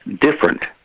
different